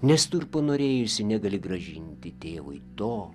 nes tu ir panorėjusi negali grąžinti tėvui to